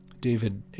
David